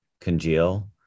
congeal